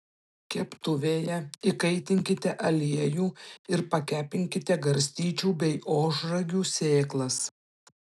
keptuvėje įkaitinkite aliejų ir pakepinkite garstyčių bei ožragių sėklas